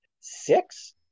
Six